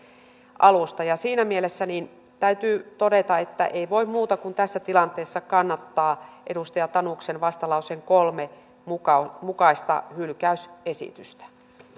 alusta siinä mielessä täytyy todeta että ei voi muuta kuin tässä tilanteessa kannattaa edustaja tanuksen vastalauseen kolme mukaista hylkäysesitystä